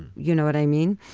you know what i mean?